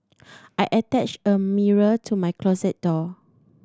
I attached a mirror to my closet door